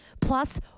plus